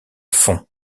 font